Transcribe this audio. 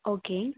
okay